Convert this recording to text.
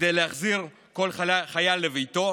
כדי להחזיר כל חייל לביתו,